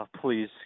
Please